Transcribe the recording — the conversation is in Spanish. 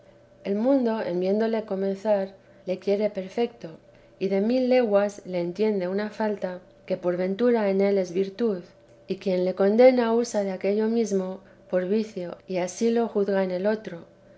el mundo en viéndole comenzar le quiere perrero y de mil leguas le entiende una falta que por ventura en él es virtud y quien le condena usa de aquello mesmo por vicio y ansí lo juzga en el otro